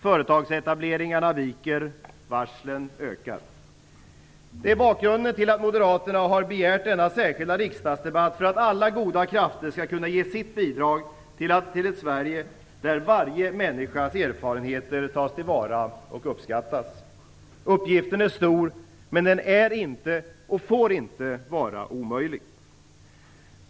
Företagsetableringarna viker, varslen ökar. Detta är bakgrunden till att Moderaterna har begärt denna särskilda riksdagsdebatt, för att alla goda krafter skall kunna ge sitt bidrag till ett Sverige där varje människas erfarenheter tas till vara och uppskattas. Uppgiften är stor, men den är inte och får inte vara omöjlig.